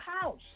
house